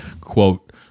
quote